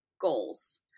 goals